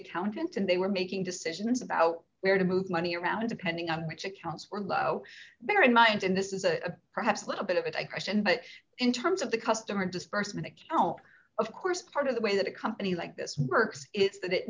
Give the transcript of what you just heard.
accountant and they were making decisions about where to move money around depending on which accounts were low bear in mind in this is a perhaps a little bit of it i question but in terms of the customer disbursement account of course part of the way that a company like this works is that it